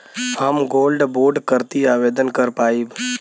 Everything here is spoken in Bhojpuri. हम गोल्ड बोड करती आवेदन कर पाईब?